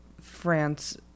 France